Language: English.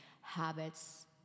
habits